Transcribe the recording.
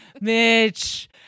Mitch